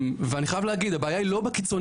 ואני חייב להגיד, הבעיה היא לא בקיצוניים,